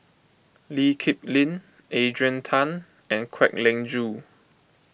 Lee Kip Lin Adrian Tan and Kwek Leng Joo